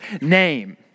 name